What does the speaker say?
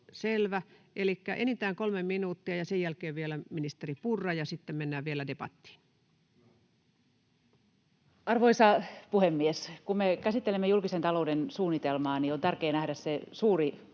Elikkä enintään kolme minuuttia, ja sen jälkeen vielä ministeri Purra, ja sitten mennään vielä debattiin. Arvoisa puhemies! Kun me käsittelemme julkisen talouden suunnitelmaa, niin on tärkeää nähdä se suuri